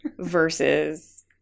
versus